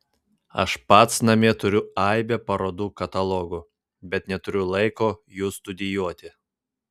aš pats namie turiu aibę parodų katalogų bet neturiu laiko jų studijuoti